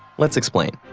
let's explain.